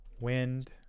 wind